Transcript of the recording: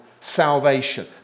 salvation